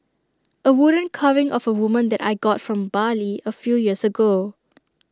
A wooden carving of A woman that I got from Bali A few years ago